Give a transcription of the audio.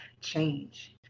change